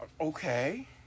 Okay